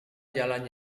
jalan